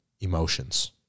emotions